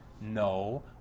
No